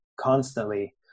constantly